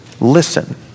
listen